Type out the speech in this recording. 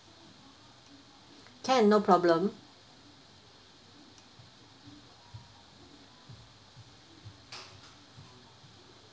can no problem